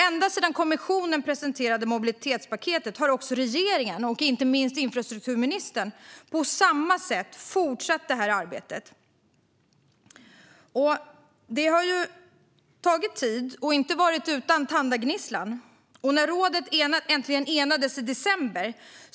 Ända sedan kommissionen presenterade mobilitetspaketet har också regeringen och inte minst infrastrukturministern på samma sätt fortsatt det arbetet. Det har tagit tid och har inte varit utan tandagnisslan. Rådet enades äntligen i december.